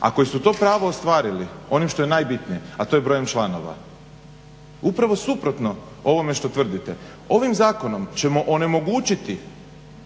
a koji su to pravo ostvarili onim što je najbitnije, a to je brojem članova. Upravo suprotno ovome što tvrdite, ovim zakonom ćemo onemogućiti